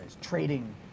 trading